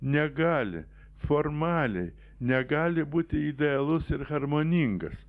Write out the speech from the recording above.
negali formaliai negali būti idealus ir harmoningas